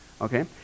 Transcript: okay